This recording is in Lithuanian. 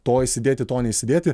to įsidėti to neįsidėti